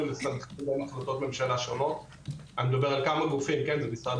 בסוף הכנסת והממשלה יחליטו איך הם רוצים להביא את זה לידי ביטוי מבחינת